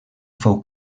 fou